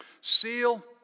Seal